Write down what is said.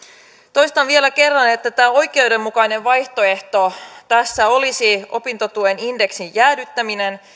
toistan vielä kerran että oikeudenmukainen vaihtoehto tässä olisi opintotuen indeksin jäädyttäminen